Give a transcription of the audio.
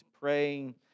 praying